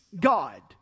God